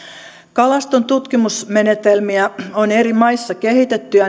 kalaston tutkimusmenetelmiä on eri maissa kehitetty ja